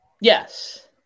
yes